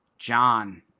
John